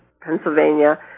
Pennsylvania